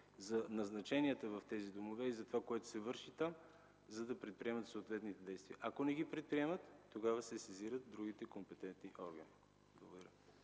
за назначенията в тези домове и за това, което се върши там, за да предприемат съответните действия. Ако не ги предприемат, тогава се сезират другите компетентни органи.